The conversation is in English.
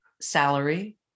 salary